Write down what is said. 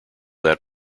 that